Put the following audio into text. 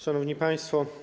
Szanowni Państwo!